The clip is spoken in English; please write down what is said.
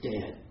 dead